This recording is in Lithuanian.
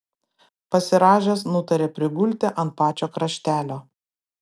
pasirąžęs nutarė prigulti ant pačio kraštelio